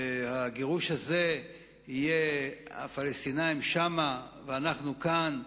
שהגירוש הזה יהיה כך שהפלסטינים שם ואנחנו כאן,